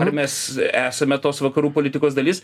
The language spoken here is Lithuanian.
ar mes esame tos vakarų politikos dalis